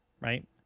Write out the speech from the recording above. Right